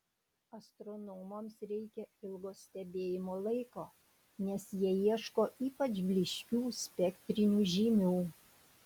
astronomams reikia ilgo stebėjimo laiko nes jie ieško ypač blyškių spektrinių žymių